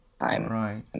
Right